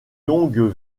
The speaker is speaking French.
longues